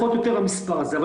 זה יכול להיות יותר מהמספר הזה,